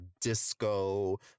disco